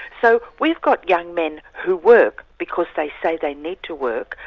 so we've got young men who work because they say they need to work,